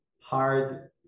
hard